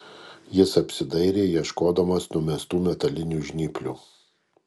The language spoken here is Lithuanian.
jis apsidairė ieškodamas numestų metalinių žnyplių